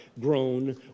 grown